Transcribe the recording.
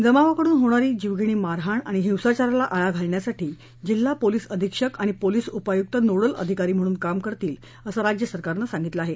जमावाकडून होणारी जीवघेणी मारहाण आणि हिंसाचाराला आळा घालण्यासाठी जिल्हा पोलिस अधीक्षक आणि पोलिस उपायुक्त नोडल अधिकारी म्हणून काम करतील असं राज्य सरकारनं सांगितलं आहे